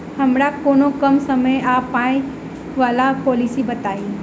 हमरा कोनो कम समय आ पाई वला पोलिसी बताई?